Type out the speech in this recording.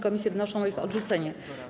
Komisje wnoszą o ich odrzucenie.